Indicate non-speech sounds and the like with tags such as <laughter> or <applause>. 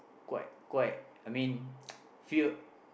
quite quite I mean <noise> fear